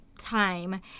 time